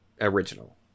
original